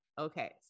Okay